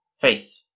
Faith